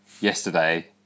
yesterday